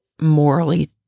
morally